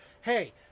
hey